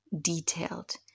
detailed